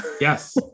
Yes